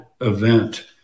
event